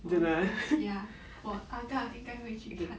我 okay ya 我 agak 应该还会去看